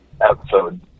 Episode